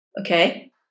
Okay